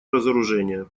разоружения